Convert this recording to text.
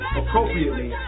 appropriately